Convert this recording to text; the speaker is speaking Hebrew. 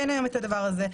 אין היום את הדבר הזה.